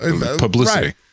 publicity